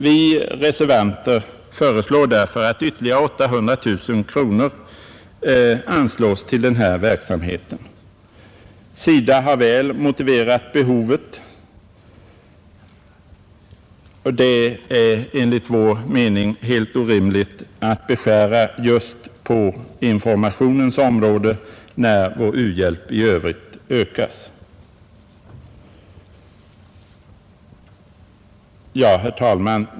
Vi reservanter föreslår därför att ytterligare 800 000 kronor anslås till denna verksamhet. SIDA har väl motiverat behovet, och det är enligt vår mening helt orimligt att göra nedskärningar just på informationsområdet när vår u-hjälp i övrigt ökas. Herr talman!